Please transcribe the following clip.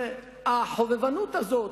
החובבנות הזאת,